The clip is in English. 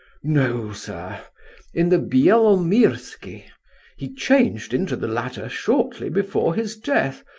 no, sir in the bielomirsky he changed into the latter shortly before his death.